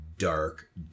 dark